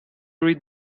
read